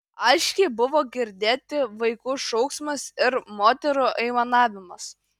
aiškiai buvo girdėti vaikų šauksmas ir moterų aimanavimas